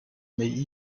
may